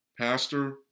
pastor